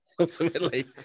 Ultimately